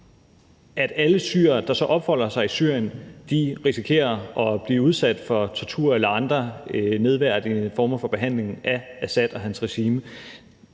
at alle syrere, der så opholder sig i Syrien, risikerer at blive udsat for tortur eller andre nedværdigende former for behandling af Assad og hans regime.